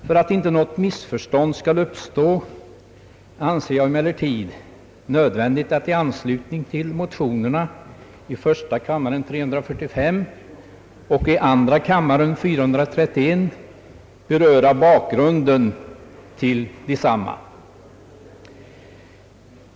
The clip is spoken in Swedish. För att inte något missförstånd skall uppstå anser jag det emellertid nödvändigt att i anslutning till motionerna 1:345 och II: 431 beröra bakgrunden till desamma.